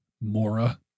Mora